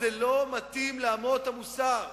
איפה המצלמה